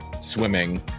swimming